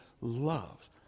loves